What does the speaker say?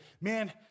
Man